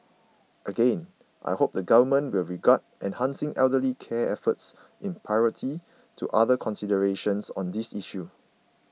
again I hope the Government will regard enhancing elderly care efforts in priority to other considerations on this issue